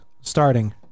starting